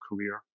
career